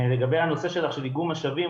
לגבי הנושא שלך של איגום משאבים,